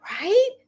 Right